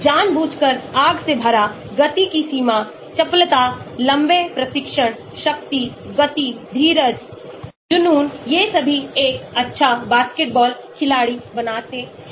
जानबूझकर आग से भरा गति की सीमा चपलता लंबे प्रशिक्षण शक्ति गति धीरज जुनून ये सभी एक अच्छा बास्केटबॉल खिलाड़ी बनाते हैं